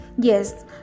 Yes